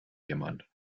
jemand